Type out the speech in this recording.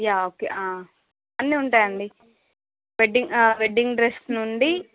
yeah okay అన్ని ఉంటాయండి wedding wedding dress నుండి